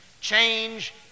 change